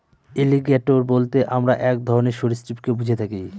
alligator বলতে আমরা এক ধরনের সরীসৃপকে বুঝে থাকি